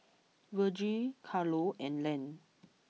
Virgil Carlo and Len